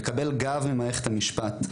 לקבל גב ממערכת המשפט.